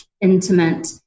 intimate